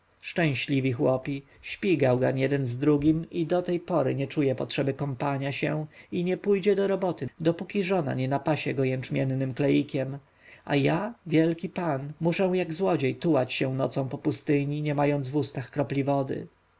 szczęśliwi chłopi śpi gałgan jeden z drugim do tej pory nie czuje potrzeby kąpania się i nie pójdzie do roboty dopóki żona nie napasie go jęczmiennym kleikiem a ja wielki pan muszę jak złodziej tułać się nocą po pustyni nie mając w ustach kropli wody